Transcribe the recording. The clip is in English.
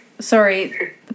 Sorry